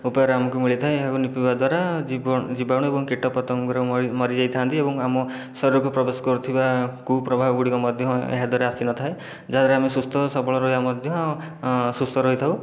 ଉପାୟରେ ଆମକୁ ମିଳିଥାଏ ଏହାକୁ ଲିପିବା ଦ୍ଵାରା ଜୀବାଣୁ ଏବଂ କୀଟପତଙ୍ଗ ମରିଯାଇଥାନ୍ତି ଏବଂ ଆମ ଶରୀରକୁ ପ୍ରବେଶ କରୁଥିବା କୁପ୍ରଭାବ ଗୁଡ଼ିକ ମଧ୍ୟ ଏହାଦ୍ଵାରା ଆସିନଥାଏ ଯାହାଦ୍ଵାରା ସୁସ୍ଥ ସବଳ ରହିବା ମଧ୍ୟ ସୁସ୍ଥ ରହିଥାଉ